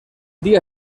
día